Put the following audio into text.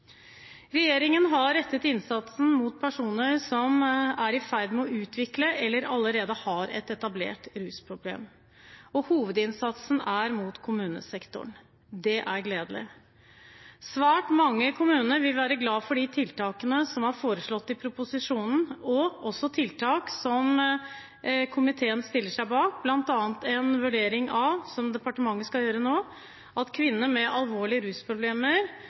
Regjeringen har rettet innsatsen mot personer som er i ferd med å utvikle et rusproblem, eller som allerede har et etablert et rusproblem. Hovedinnsatsen rettes mot kommunesektoren. Det er gledelig. Svært mange kommuner vil være glad for de tiltakene som er foreslått i proposisjonen og også tiltak som komiteen stiller seg bak, bl.a. en vurdering av – som departementet skal gjøre nå – at kvinner med alvorlige rusproblemer